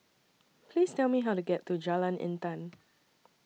Please Tell Me How to get to Jalan Intan